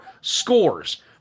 scores